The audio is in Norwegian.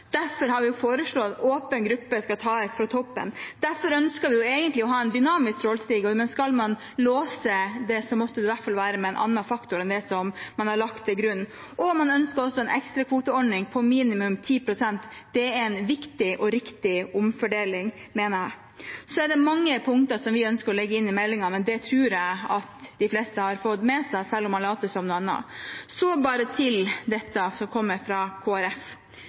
Derfor har vi foreslått at åpen gruppe skal tas fra toppen. Derfor ønsket vi egentlig å ha en dynamisk trålstige, men skal man låse det, må det i hvert fall være med en annen faktor enn det som man har lagt til grunn. Man ønsker også en ekstrakvoteordning på minimum 10 pst. Det er en viktig og riktig omfordeling, mener jeg. Så er det mange punkter som vi ønsker å legge inn i meldingen, men det tror jeg de fleste har fått med seg, selv om man later som noe annet. Så til dette som kommer fra Kristelig Folkeparti. Det er altså ikke grenser for